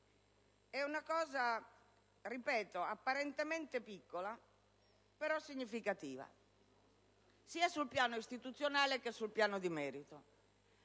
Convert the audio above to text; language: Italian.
è una cosa, ripeto, apparentemente piccola, però significativa, sia sul piano istituzionale che su quello del merito.